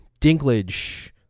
Dinklage